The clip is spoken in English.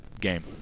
game